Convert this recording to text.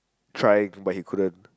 try but he couldn't